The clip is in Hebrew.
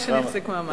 כמה שתחזיקי מעמד.